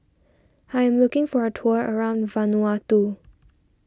I am looking for a tour around Vanuatu